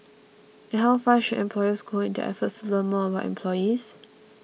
and how far should employers go in their efforts to learn more about employees